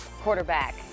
quarterback